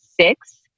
six